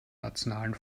nationalen